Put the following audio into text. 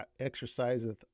exerciseth